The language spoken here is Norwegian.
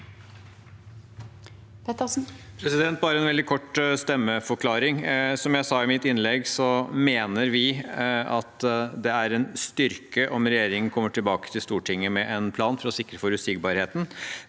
bare en vel- dig kort stemmeforklaring: Som jeg sa i mitt innlegg, mener vi det er en styrke om regjeringen kommer tilbake til Stortinget med en plan for å sikre forutsigbarheten,